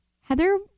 Heather